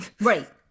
right